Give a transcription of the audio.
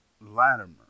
Latimer